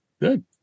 Good